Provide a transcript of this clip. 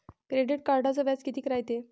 Credit कार्डचं व्याज कितीक रायते?